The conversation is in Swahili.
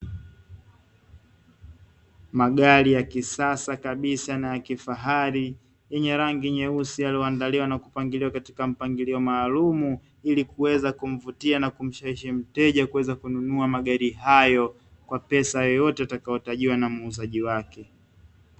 Magari ya kisasa kabisa na ya kifahari yenye rangi nyeusi na yaliyoandaliwa na kupangiliwa katika mpangilio maalumu ili kuweza kumvutia na kumshawishi mteja kuweza kununua magari hayo, kwa pesa yoyote itakayohitajiwa na muuzaji wake.